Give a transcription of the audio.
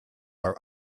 are